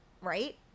Right